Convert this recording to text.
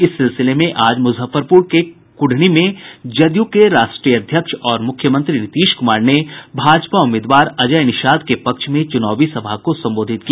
इस सिलसिले में आज मुजफ्फरपुर के कुढ़नी में जदयू के राष्ट्रीय अध्यक्ष और मुख्यमंत्री नीतीश कुमार ने भाजपा उम्मीदवार अजय निषाद के पक्ष में चुनावी सभा को संबोधित किया